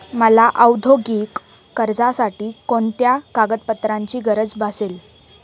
मला औद्योगिक कर्जासाठी कोणत्या कागदपत्रांची गरज भासेल?